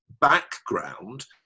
background